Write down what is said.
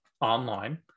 online